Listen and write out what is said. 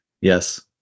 Yes